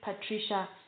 Patricia